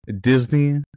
Disney